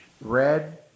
Red